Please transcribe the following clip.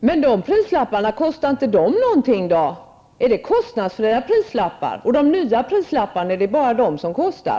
Fru talman! Kostar inte prislapparna någonting? Är prislapparna kostnadsfria? Är det bara de nya prislapparna som kostar?